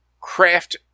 craft